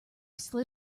slid